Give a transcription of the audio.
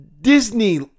Disney